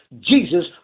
Jesus